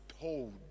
told